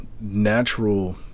natural